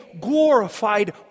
glorified